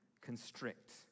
constrict